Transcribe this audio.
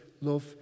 love